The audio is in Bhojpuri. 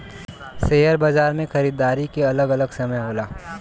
सेअर बाजार मे खरीदारी के अलग अलग समय होला